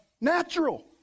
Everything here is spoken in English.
natural